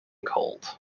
colt